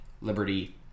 liberty